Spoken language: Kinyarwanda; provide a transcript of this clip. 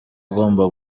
agomba